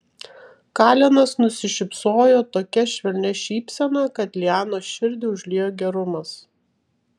kalenas nusišypsojo tokia švelnia šypsena kad lianos širdį užliejo gerumas